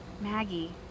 Maggie